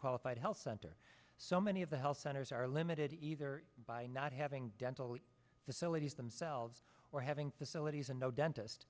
qualified health center so many of the health centers are limited either by not having dental facilities themselves or having facilities and no dentist